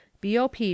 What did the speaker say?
BOP